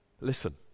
Listen